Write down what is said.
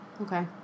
okay